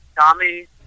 Tommy